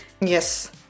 Yes